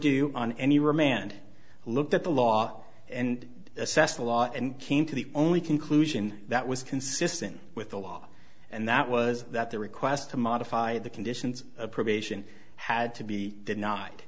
do on any remand looked at the law and assessed the law and came to the only conclusion that was consistent with the law and that was that the request to modify the conditions of probation had to be denied